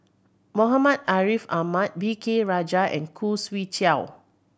Muhammad Ariff Ahmad V K Rajah and Khoo Swee Chiow